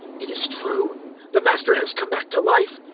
it is true the master has come back to life.